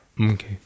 Okay